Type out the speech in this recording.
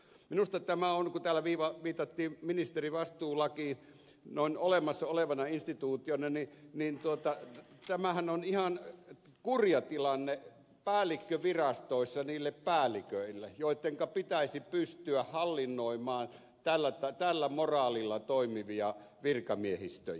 minusta tämä on kun täällä viiva mitattiin ministerivastuulaki noilla olemassaolevana instituutiona viitattiin ministerivastuulakiin noin olemassa olevana instituutiota ihan kurja tilanne päällikkövirastoissa niille päälliköille joittenka pitäisi pystyä hallinnoimaan tällä moraalilla toimivia virkamiehistöjä